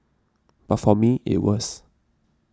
but for me it was